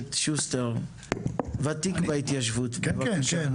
הכנסת שוסטר, ותיק בהתיישבות, בבקשה.